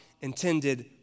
intended